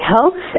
Health